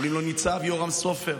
קוראים לו ניצב יורם סופר.